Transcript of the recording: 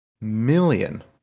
million